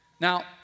Now